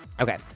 Okay